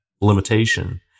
limitation